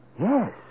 Yes